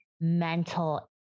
mental